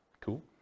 Cool